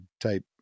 type